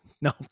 no